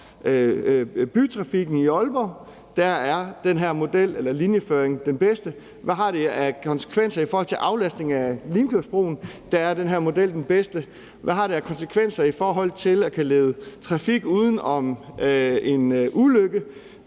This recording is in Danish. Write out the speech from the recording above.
bytrafikken i Aalborg. Og der er den her linjeføring den bedste. Hvad har det af konsekvenser i forhold til aflastning af Limfjordsbroen? Der er den her model den bedste. Hvad har det af konsekvenser i forhold til at kunne lede trafik uden om en ulykke